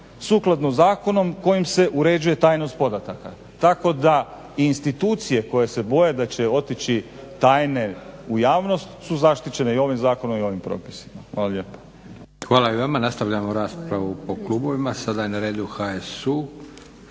sukladno zakonom kojim se uređuje tajnost podataka, tako da institucije koje se boje da će otići tajne u javnost su zaštićene i ovim zakonom i ovim propisima. Hvala lijepa. **Leko, Josip (SDP)** Hvala i vama. Nastavljamo raspravu o klubovima. Sada je na redu HSU,